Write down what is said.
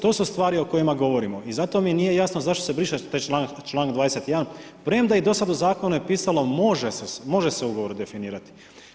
To su stvari o kojima govorimo i zato mi nije jasno zašto se briše taj čl. 21. premda je dosad u Zakonu je pisalo može se u ugovoru definirati.